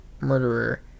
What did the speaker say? murderer